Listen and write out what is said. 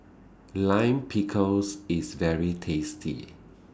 Lime Pickles IS very tasty